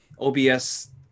OBS